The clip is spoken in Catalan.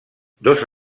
dos